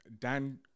Dan